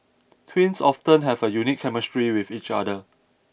twins often have a unique chemistry with each other